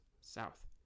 south